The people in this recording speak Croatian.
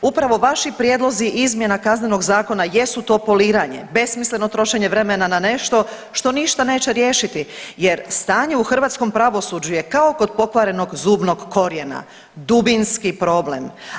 Upravo vaši prijedlozi izmjena kaznenog zakona jesu to poliranje, besmisleno trošenje vremena na nešto što ništa neće riješiti jer stanje u hrvatskom pravosuđu je kao kod pokvarenog zubnog korijena, dubinski problem.